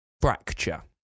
fracture